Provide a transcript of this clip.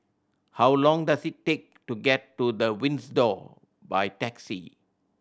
how long does it take to get to The Windsor by taxi